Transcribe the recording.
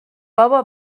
بابا